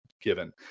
given